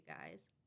guys